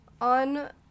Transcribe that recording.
on